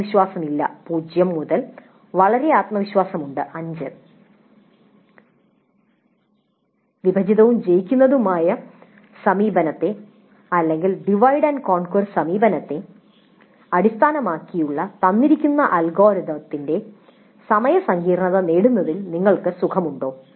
ആത്മവിശ്വാസമില്ല 0 മുതൽ വളരെ ആത്മവിശ്വാസമുണ്ട് 5 ഡിവൈഡ് ആൻഡ് കോൺക്വർ സമീപനത്തെ അടിസ്ഥാനമാക്കിയുള്ള തന്നിരിക്കുന്ന അൽഗോരിത്തിന്റെ സമയ സങ്കീർണ്ണത നേടുന്നതിൽ നിങ്ങൾക്ക് സുഖമുണ്ടോ